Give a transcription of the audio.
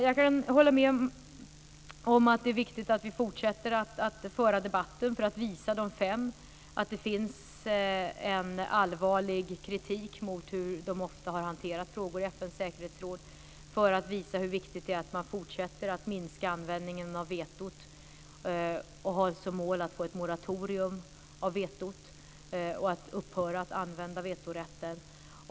Jag kan hålla med om att det är viktigt att vi fortsätter att föra debatten för att visa de fem att det finns en allvarlig kritik mot hur de ofta har hanterat frågor i FN:s säkerhetsråd, för att visa hur viktigt det är att man fortsätter att minska användningen av vetot, att man har som mål att få ett moratorium av vetot, att man upphör att använda vetorätten.